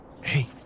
hey